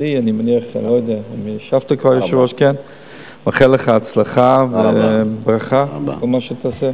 אני מאחל לך הצלחה וברכה בכל מה שתעשה.